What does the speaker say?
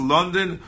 London